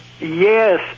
yes